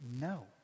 no